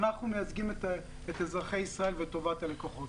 אנחנו מייצגים את אזרחי ישראל וטובת הלקוחות.